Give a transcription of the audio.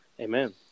Amen